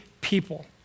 people